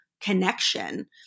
connection